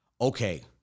Okay